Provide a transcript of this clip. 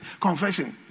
confessing